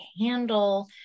handle